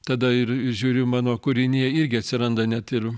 tada ir žiūriu mano kūriniai irgi atsiranda net ir